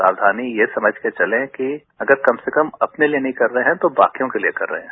सावधानी ये समझ के चले कि अगर कम से कम अपने लिए नहीं कर रहे हैं तो बाकियों के लिए कर रहे हैं